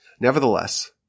Nevertheless